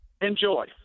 Enjoy